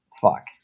fuck